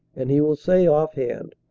and he will say offhand,